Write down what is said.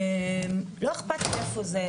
לא אכפת איפה זה,